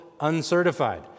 uncertified